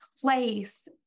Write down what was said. place